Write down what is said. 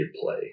play